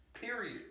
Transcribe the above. Period